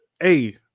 hey